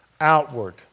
outward